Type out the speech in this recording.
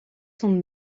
tombe